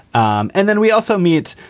um and then we also meet